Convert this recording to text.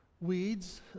weeds